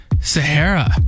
Sahara